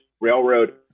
railroad